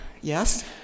Yes